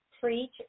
preach